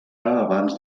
abans